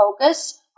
focus